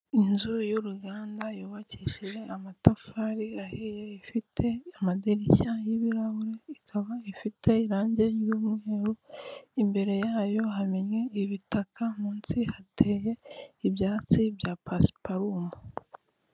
Inzu y'uruganda yubakishije amatafari ahiye ifite amadirishya y'ibirahure, ikaba ifite irangi ry'umweru, imbere yayo hamenye ibitaka, munsi hateye ibyatsi bya pasiparumu.